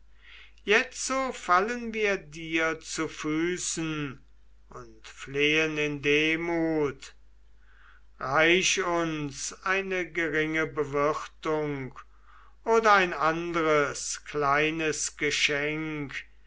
jetzo fallen wir dir zu füßen und flehen in demut reich uns eine geringe bewirtung oder ein andres kleines geschenk